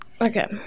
Okay